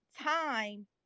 time